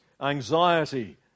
anxiety